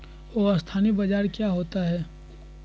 अस्थानी बाजार क्या होता है?